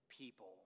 people